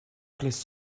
please